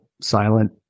silent